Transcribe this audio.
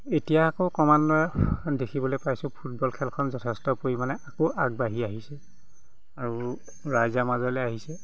এতিয়া আকৌ ক্ৰমান্বয়ে দেখিবলৈ পাইছোঁ ফুটবল খেলখন যথেষ্ট পৰিমাণে আকৌ আগবাঢ়ি আহিছে আৰু ৰাইজৰ মাজলৈ আহিছে